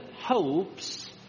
hopes